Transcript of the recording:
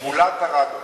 שמו מולט ארדו.